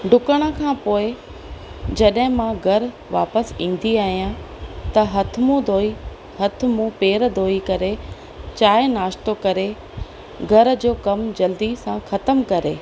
डुकण खां पोइ जॾहिं मां घरु वापसि ईंदी आहियां त हथु मुंहुं धोई हथु मुंहुं पेर धोई करे चांहि नाश्तो करे घर जो कमु जल्दी सां ख़तमु करे